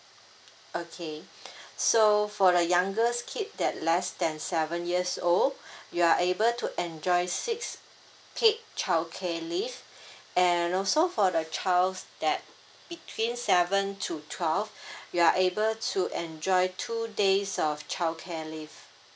okay so for the youngest kid that less than seven years old you are able to enjoy six paid child leave and also for the childs that between seven to twelve you are able to enjoy two days of childcare leave